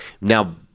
now